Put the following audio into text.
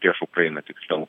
prieš ukrainą tiksliau